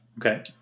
okay